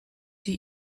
die